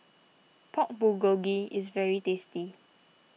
Pork Bulgogi is very tasty